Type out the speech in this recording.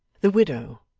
the widow,